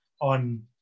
on